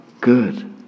good